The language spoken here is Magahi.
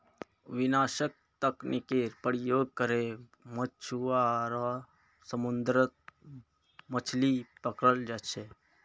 विनाशक तकनीकेर प्रयोग करे मछुआरा समुद्रत मछलि पकड़ छे